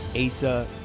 Asa